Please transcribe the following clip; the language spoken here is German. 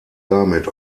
damit